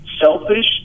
selfish